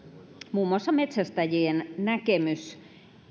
muun muassa metsästäjien näkemys